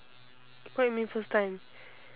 what you mean first time